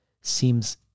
seems